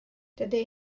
dydy